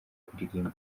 kuririmba